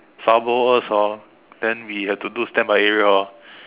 sabo us orh then we have to do standby area orh